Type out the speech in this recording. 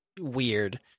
weird